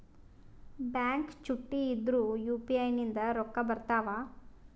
Bank ಚುಟ್ಟಿ ಇದ್ರೂ UPI ನಿಂದ ರೊಕ್ಕ ಬರ್ತಾವಾ?